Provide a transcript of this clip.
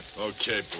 Okay